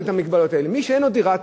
מי שאין לו דירה,